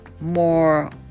more